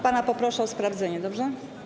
Pana poproszę o sprawdzenie, dobrze?